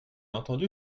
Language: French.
entendu